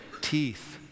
Teeth